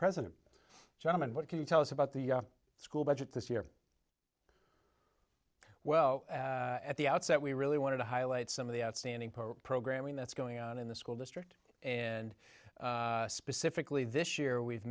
president john what can you tell us about the school budget this year well at the outset we really wanted to highlight some of the outstanding programming that's going on in the school district and specifically this year we've